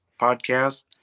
podcast